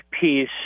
peace